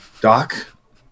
Doc